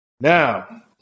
Now